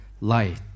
light